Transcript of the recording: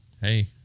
Hey